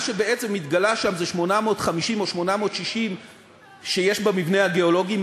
מה שבעצם התגלה שם זה 850 או 860 שיש במבנה הגיאולוגי,